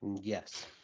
Yes